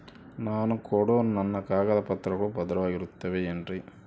ನಾನು ಕೊಡೋ ನನ್ನ ಕಾಗದ ಪತ್ರಗಳು ಭದ್ರವಾಗಿರುತ್ತವೆ ಏನ್ರಿ?